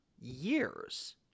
years